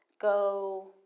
Go